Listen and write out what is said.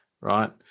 right